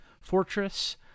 fortress